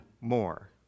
more